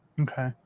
Okay